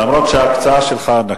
אף-על-פי שההקצאה שלך ענקית.